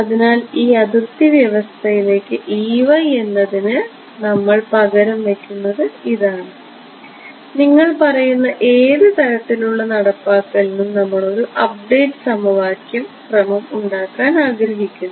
അതിനാൽ ഈ അതിർത്തി വ്യവസ്ഥയിലേക്ക് എന്നതിന് നമ്മൾ പകരം വയ്ക്കുന്നത് ഇതാണ് നിങ്ങൾ പറയുന്ന ഏത് തരത്തിലുള്ള നടപ്പാക്കലിനും നമ്മൾ ഒരു അപ്ഡേറ്റ് സമവാക്യ ക്രമം ഉണ്ടാക്കാൻ ആഗ്രഹിക്കുന്നു